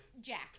Jack